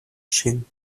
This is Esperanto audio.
ŝin